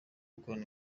gukora